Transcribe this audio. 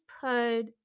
put